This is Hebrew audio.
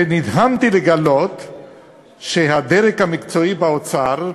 ונדהמתי לגלות שהדרג המקצועי באוצר,